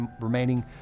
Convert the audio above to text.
remaining